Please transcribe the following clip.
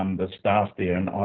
um the staff there and